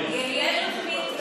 תהיה תוכנית היל"ה?